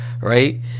right